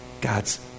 God's